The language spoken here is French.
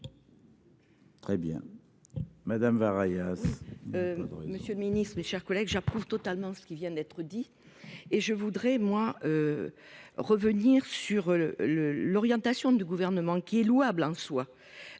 Très bien. Madame variable.